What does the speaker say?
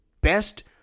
best